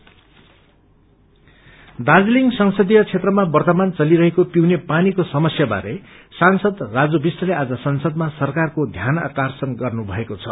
seeking वादर दार्जीलिङ संसदीय क्षेत्रमा वन्नमानमा चलिरहेको पिउने पानीको समस्याबारे सांसद राजू विष्टते आज संसदमा सरकारको ध्यानार्कषण गर्नुभएको छ